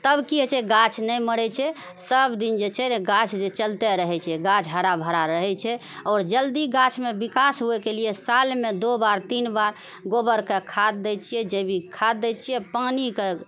तब की हय छै गाछ नहि मरै छै सब दिन जे छै गाछ जे चलते रहै छै गाछ हरा भरा रहै छै आओर जल्दी गाछमे विकास हुवैके लिए सालमे दो बार तीन बार गोबरके खाद दै छियै जैविक खाद दै छियै पानिके